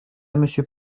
monsieur